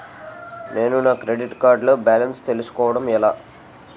నేను నా credit card లో బాలన్స్ తెలుసుకోవడం ఎలా?